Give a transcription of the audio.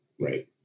Right